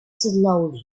slowly